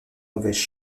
mauvaises